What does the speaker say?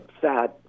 sad